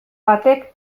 batek